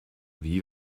wie